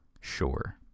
Sure